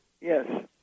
Yes